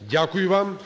Дякую вам.